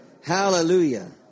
hallelujah